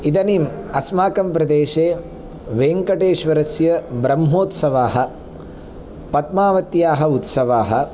इदानीम् अस्माकं प्रदेशे वेङ्कटेश्वरस्य ब्रह्मोत्सवाः पद्मावत्याः उत्सवाः